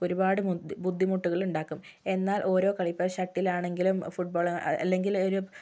ഒരുപാട് ബുദ്ധിമുട്ടുകളുണ്ടാക്കും എന്നാൽ ഓരോ കളി ഇപ്പോൾ ഷട്ടിൽ ആണെങ്കിലും ഫുട്ബോൾ അല്ലെങ്കിലൊരു